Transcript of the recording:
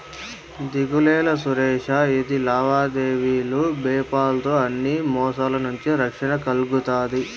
దిగులేలా సురేషా, ఇది లావాదేవీలు పేపాల్ తో అన్ని మోసాల నుంచి రక్షణ కల్గతాది